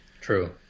True